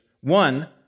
One